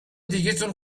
دیگتون